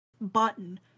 button